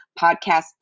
podcast